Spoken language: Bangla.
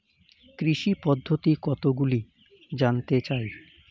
কৃষি পদ্ধতি কতগুলি জানতে চাই?